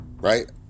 Right